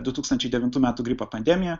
du tūkstančiai devintų metų gripo pandemija